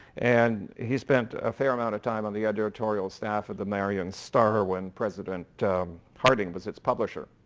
and he spent a fair amount of time on the editorial staff of the marian star when president harding was its publisher.